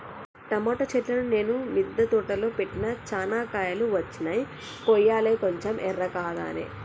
tomato చెట్లును నేను మిద్ద తోటలో పెట్టిన చానా కాయలు వచ్చినై కొయ్యలే కొంచెం ఎర్రకాగానే